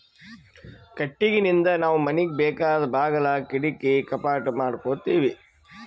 ಕಟ್ಟಿಗಿನಿಂದ್ ನಾವ್ ಮನಿಗ್ ಬೇಕಾದ್ ಬಾಗುಲ್ ಕಿಡಕಿ ಕಪಾಟ್ ಮಾಡಕೋತೀವಿ